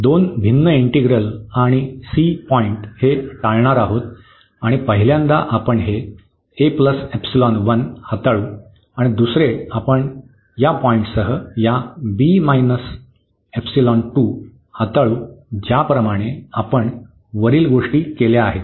तर आपण दोन भिन्न इंटिग्रल आणि c बिंदू हे टाळणार आहोत आणि पहिल्यांदा आपण हे हाताळू आणि दुसरे आपण या बिंदूसह या हाताळू ज्याप्रमाणे आपण वरील गोष्टी केल्या आहेत